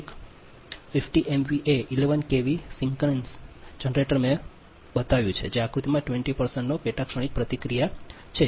એક 50 MVA 11 K V synchronous generator મેં બતાવ્યું કે આકૃતિમાં 20 નો પેટા ક્ષણિક પ્રતિક્રિયા છે